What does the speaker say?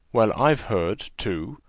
well, i've heard, too,